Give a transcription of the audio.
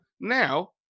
Now